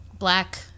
black